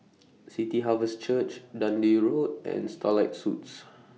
City Harvest Church Dundee Road and Starlight Suites